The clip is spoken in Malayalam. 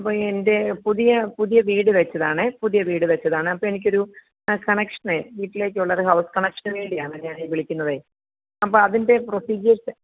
അപ്പോൾ എൻ്റെ പുതിയ പുതിയ വീട് വച്ചതാണ് പുതിയ വീട് വച്ചതാണ് അപ്പം എനിക്കൊരു കണക്ഷനെ വീട്ടിലേക്കുള്ളൊരു ഹൗസ് കണക്ഷന് വേണ്ടിയാണ് ഞാൻ ഈ വിളിക്കുന്നത് അപ്പോൾ അതിൻ്റെ പ്രോസീജേഴ്സ്